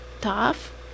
tough